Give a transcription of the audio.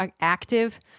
active